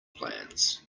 plans